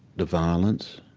the violence,